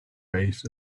base